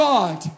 God